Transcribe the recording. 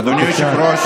בבקשה.